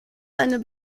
eine